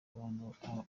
abantu